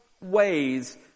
ways